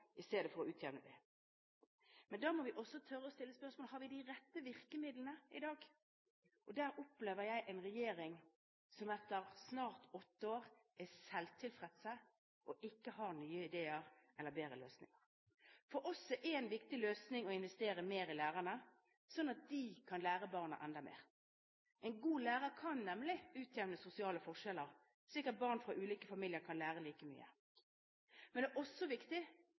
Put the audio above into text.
i stedet for å utjevne dem. Men da må vi også tørre å stille spørsmålet: Har vi de rette virkemidlene i dag? Der opplever jeg en regjering som etter snart åtte år er selvtilfreds, og ikke har nye ideer eller bedre løsninger. For oss er en viktig løsning å investere mer i lærerne, slik at de kan lære barna enda mer. En god lærer kan nemlig utjevne sosiale forskjeller, slik at barn fra ulike familier kan lære like mye. Men det er også viktig